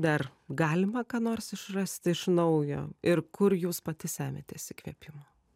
dar galima ką nors išrasti iš naujo ir kur jūs pati semiates įkvėpimo